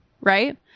right